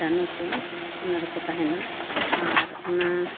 ᱠᱤᱴᱟᱱᱩ ᱠᱚ ᱚᱱᱟ ᱨᱮᱠᱚ ᱛᱟᱦᱮᱱᱟ ᱟᱨ ᱚᱱᱟ